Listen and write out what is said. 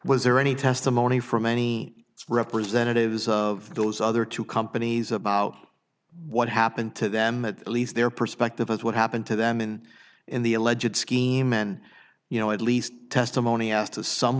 was there any testimony from any representatives of those other two companies about what happened to them at least their perspective of what happened to them and in the alleged scheme and you know at least testimony as to some